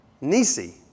Nisi